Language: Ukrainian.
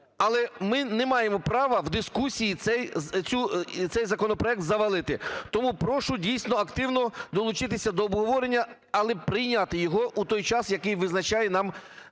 Але ми не маємо права в дискусії цей законопроект завалити. Тому прошу, дійсно, активно долучитися до обговорення, але прийняти його у той час, який визначає нам